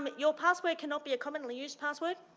um your password cannot be a commonly used password,